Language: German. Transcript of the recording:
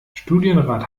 studienrat